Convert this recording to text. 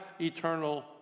eternal